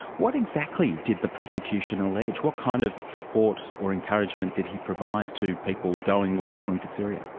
what exactly did the prosecution allege, what kind of support or encouragement did he provide to people going or travelling to syria?